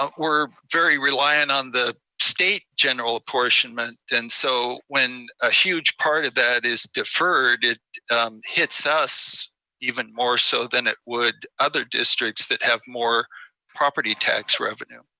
ah we're very reliant on the state general apportionment. and so when a huge part of that is deferred, it hits us even more so than it would other districts that have more property tax revenue.